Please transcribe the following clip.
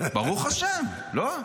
ברוך השם, לא?